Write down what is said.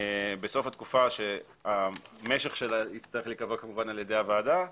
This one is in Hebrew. בסוף התקופה, שמשכה ייקבע על ידי הוועדה,